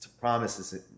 promises